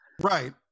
Right